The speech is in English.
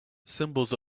symbols